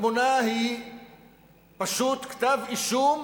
התמונה היא פשוט כתב-אישום